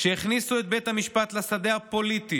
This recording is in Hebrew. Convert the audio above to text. שהכניסו את בית המשפט לשדה הפוליטי